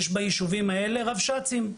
יש ביישובים האלה רבש"צים,